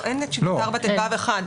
אין 74טו(1).